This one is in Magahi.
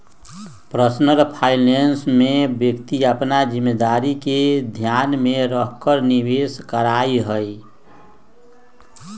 पर्सनल फाइनेंस में व्यक्ति अपन जिम्मेदारी के ध्यान में रखकर निवेश करा हई